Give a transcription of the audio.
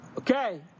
Okay